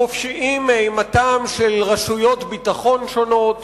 חופשיים מאימתן של רשויות ביטחון שונות